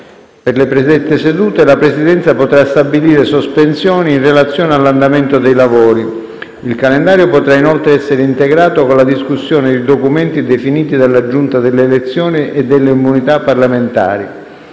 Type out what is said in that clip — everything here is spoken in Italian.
Per le predette sedute la Presidenza potrà stabilire sospensioni in relazione all'andamento dei lavori. Il calendario potrà inoltre essere integrato con la discussione di documenti definiti dalla Giunta delle elezioni e delle immunità parlamentari.